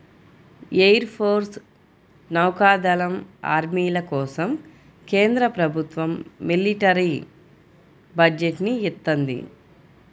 air force, నౌకా దళం, ఆర్మీల కోసం కేంద్ర ప్రభుత్వం మిలిటరీ బడ్జెట్ ని ఇత్తంది